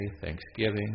Thanksgiving